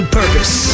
purpose